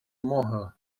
mohl